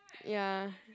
ya